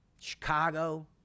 Chicago